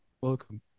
welcome